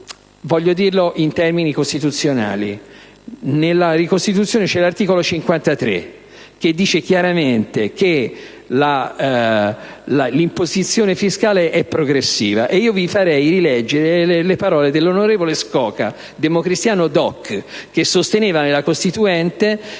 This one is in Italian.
Voglio dirlo in termini costituzionali: in Costituzione l'articolo 53 dice chiaramente che l'imposizione fiscale è progressiva. Vi farei rileggere le parole dell'onorevole Scoca, democristiano DOC, che sosteneva nella Costituente